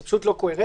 זה לא קוהרנטי.